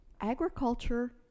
agriculture